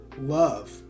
love